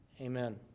amen